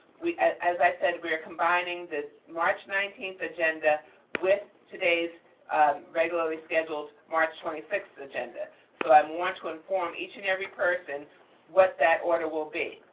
as i said, we're combining the march nineteenth agenda with today's regularly scheduled march twenty sixth agenda. so i um want to inform each and every person what that order will be.